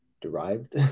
derived